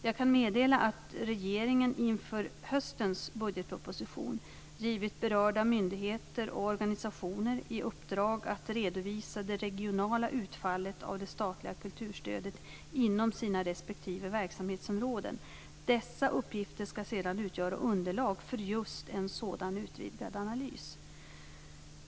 Jag kan meddela att regeringen inför höstens budgetproposition givit berörda myndigheter och organisationer i uppdrag att redovisa det regionala utfallet av det statliga kulturstödet inom sina respektive verksamhetsområden. Dessa uppgifter skall sedan utgöra underlag för just en sådan utvidgad analys.